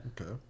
Okay